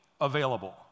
available